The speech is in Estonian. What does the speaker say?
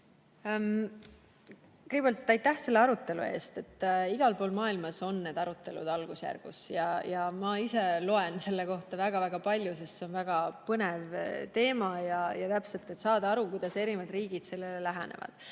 Kõigepealt aitäh selle arutelu eest! Igal pool maailmas on need arutelud algusjärgus. Ja ma ise loen selle kohta väga-väga palju, sest see on väga põnev teema: saada aru, kuidas eri riigid sellele lähenevad.